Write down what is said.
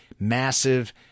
Massive